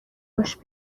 باش